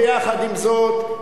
ויחד עם זאת,